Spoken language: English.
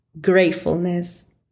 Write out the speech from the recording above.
gratefulness